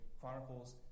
Chronicles